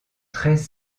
treize